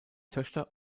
töchter